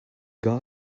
gas